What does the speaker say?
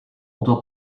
unter